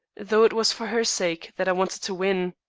though it was for her sake that i wanted to win.